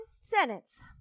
sentence